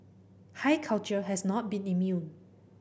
high culture has not been immune